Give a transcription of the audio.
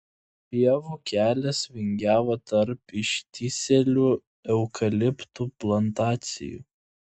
pievų kelias vingiavo tarp ištįsėlių eukaliptų plantacijų